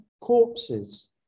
corpses